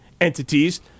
entities